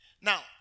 Now